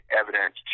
evidence